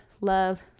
love